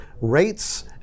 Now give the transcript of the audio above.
rates